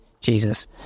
Jesus